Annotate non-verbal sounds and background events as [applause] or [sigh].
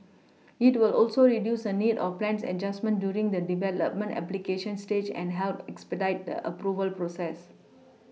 [noise] it will also reduce the need for plans adjustment during the development application stage and help expedite the Approval process